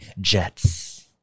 Jets